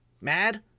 mad